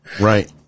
Right